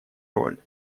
роль